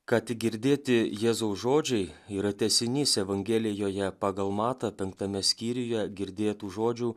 ką tik girdėti jėzaus žodžiai yra tęsinys evangelijoje pagal matą penktame skyriuje girdėtų žodžių